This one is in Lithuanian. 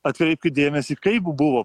atkreipkit dėmesį kaip buvo